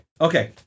okay